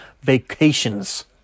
vacations